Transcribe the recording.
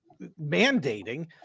mandating